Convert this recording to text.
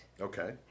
Okay